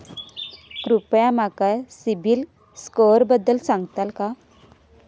कृपया माका सिबिल स्कोअरबद्दल सांगताल का?